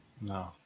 No